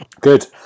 Good